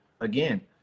again